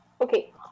Okay